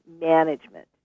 management